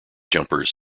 jumpers